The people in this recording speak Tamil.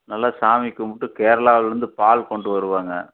நல்லா சாமி கும்பிட்டு கேரளாவிலருந்து பால் கொண்டு வருவாங்க